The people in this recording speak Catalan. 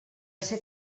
ser